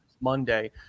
Monday